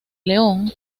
león